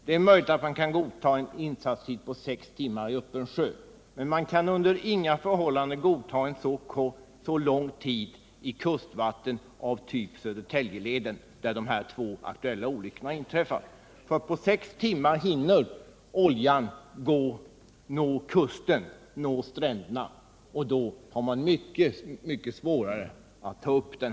Det är möjligt att man kan godta en insatstid på sex timmar i öppen sjö, men man kan under inga förhållanden godta en så lång tid i kustvatten av typ Södertäljeleden, där de här två aktuella olyckorna har inträffat. För på sex timmar hinner oljan nå kusten och stränderna, och då har man mycket svårare att ta upp den.